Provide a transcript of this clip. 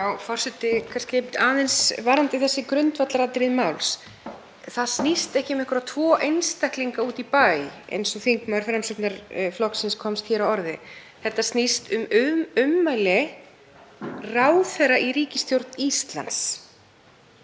Forseti. Aðeins um þessi grundvallaratriði máls. Það snýst ekki um einhverja tvo einstaklinga úti í bæ, eins og þingmaður Framsóknarflokksins komst hér að orði, þetta snýst um ummæli ráðherra í ríkisstjórn Íslands.